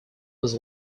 was